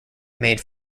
made